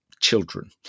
children